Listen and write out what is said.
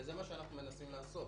וזה מה שאנחנו מנסים לעשות.